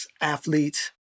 athletes